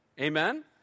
amen